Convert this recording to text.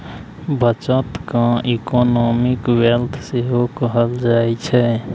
बचत केँ economic wealth सेहो कहल जाइ छै